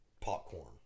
popcorn